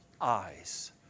eyes